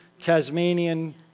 Tasmanian